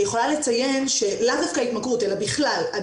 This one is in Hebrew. אני יכולה לציין שלאו דווקא התמכרות, אלא בכלל.